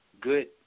good